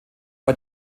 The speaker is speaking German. bei